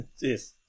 Yes